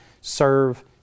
serve